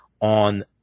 on